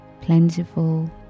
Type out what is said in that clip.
plentiful